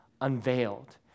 unveiled